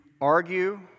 argue